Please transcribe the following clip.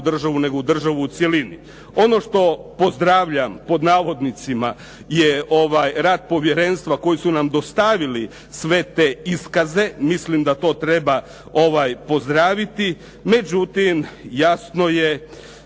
državu u cjelini. Ono što pozdravljam je "rad povjerenstva" koji su nam dostavili sve te iskaze. Mislim da to treba pozdraviti, međutim jasno je